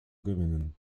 gewinnen